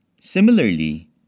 Similarly